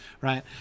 right